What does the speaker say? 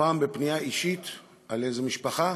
פעם בפנייה אישית על איזו משפחה,